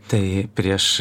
tai prieš